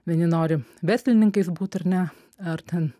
vieni nori verslininkais būt ar ne ar ten